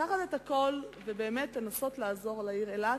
לקחת את הכול ובאמת לנסות לעזור לעיר אילת.